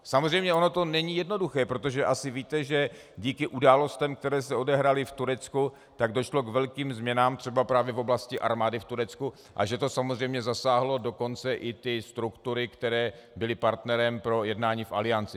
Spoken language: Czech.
Samozřejmě, ono to není jednoduché, protože asi víte, že díky událostem, které se odehrály v Turecku, tak došlo k velkým změnám třeba právě v oblasti armády v Turecku a že to samozřejmě zasáhlo dokonce i ty struktury, které byly partnerem pro jednání v Alianci.